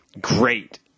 great